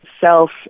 self